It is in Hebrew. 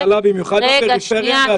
30% אבטלה במיוחד בפריפריה,